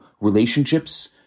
relationships